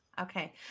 Okay